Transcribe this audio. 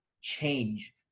change